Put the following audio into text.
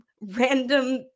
random